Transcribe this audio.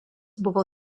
buvo